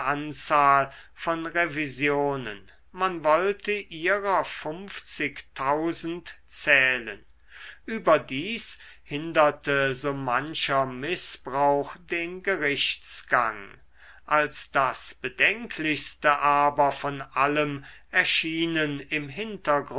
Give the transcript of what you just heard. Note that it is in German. anzahl von revisionen man wollte ihrer funfzigtausend zählen überdies hinderte so mancher mißbrauch den gerichtsgang als das bedenklichste aber von allem erschienen im hintergrunde